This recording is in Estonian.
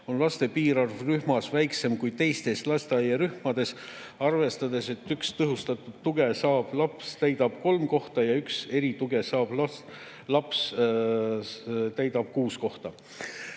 on laste piirarv rühmas väiksem kui teistes lasteaiarühmades, arvestades, et üks tõhustatud tuge saav laps täidab kolm kohta ja üks erituge saav laps täidab kuus kohta.